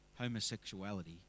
homosexuality